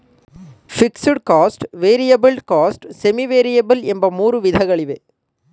fixed cost, variable cost, semi variable ಎಂಬ ಮೂರು ವಿಧಗಳಿವೆ